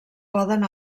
poden